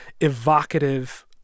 evocative